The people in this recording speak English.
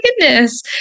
goodness